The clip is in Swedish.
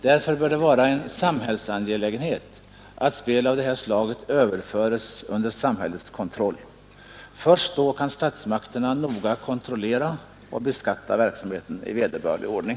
Därför bör det vara en samhällsangelägenhet att spel av det här slaget överföres under samhällets kontroll. Först då kan statsmakterna noga kontrollera och beskatta verksamheten i vederbörlig ordning.